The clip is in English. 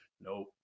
nope